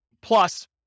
plus